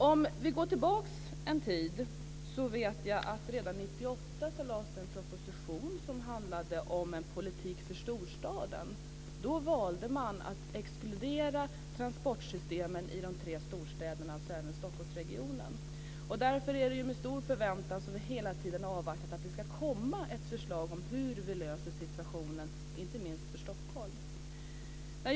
Om vi går tillbaka en tid så vet jag att det redan 1998 lades fram en proposition som handlade om en politik för storstaden. Då valde man att exkludera transportsystemen i de tre storstäderna, alltså även Stockholmsregionen. Därför är det med stor förväntan som vi hela tiden har avvaktat att det ska komma ett förslag om hur vi ska lösa situationen inte minst för Stockholm. Fru talman!